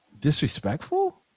disrespectful